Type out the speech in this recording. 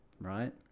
right